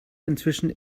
inzwischen